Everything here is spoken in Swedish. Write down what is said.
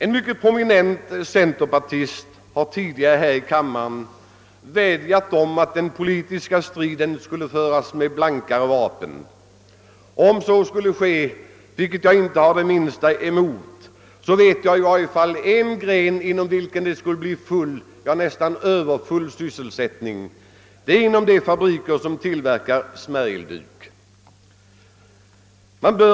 En mycket prominent centerpartist har tidigare här i kammaren vädjat om att den politiska striden skall föras med blankare vapen. Om så skulle ske, varemot jag inte har det minsta att invända, känner jag i varje fall till ett område där det skulle bli full, ja, nästan överfull sysselsättning, nämligen i de fabriker som tillverkar smärgelduk.